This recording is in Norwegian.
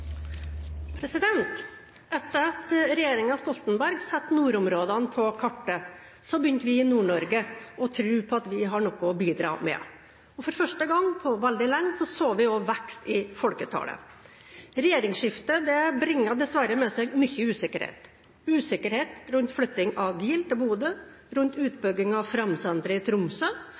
Etter at regjeringen Stoltenberg satte nordområdene på kartet, begynte vi i Nord-Norge å tro på at vi har noe å bidra med, og for første gang på veldig lenge så vi også en vekst i folketallet. Regjeringsskiftet brakte dessverre med seg mye usikkerhet – usikkerhet rundt flytting av GIL til Bodø, rundt utbyggingen av Framsenteret i Tromsø,